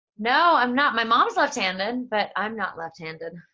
no, i'm not. my mom's left-handed but i'm not left-handed.